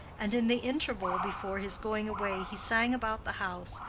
and in the interval before his going away he sang about the house,